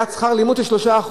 על עליית שכר לימוד של 3%,